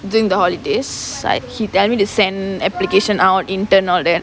during the holidays like he tell me to send application out intern all that